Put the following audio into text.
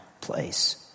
place